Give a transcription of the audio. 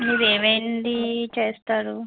మీరు ఏమేమి చేస్తారు